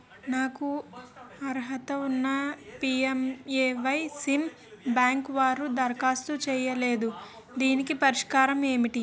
నాకు అర్హత ఉన్నా పి.ఎం.ఎ.వై స్కీమ్ బ్యాంకు వారు దరఖాస్తు చేయలేదు దీనికి పరిష్కారం ఏమిటి?